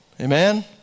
Amen